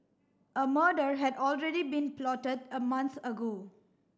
a murder had already been plotted a month ago